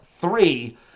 three